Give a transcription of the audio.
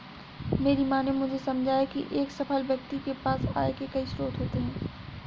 मेरी माँ ने मुझे समझाया की एक सफल व्यक्ति के पास आय के कई स्रोत होते हैं